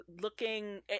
looking